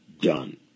done